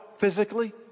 physically